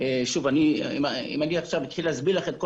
אם אני עכשיו אתחיל להסביר לך את כל